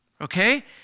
Okay